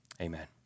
Amen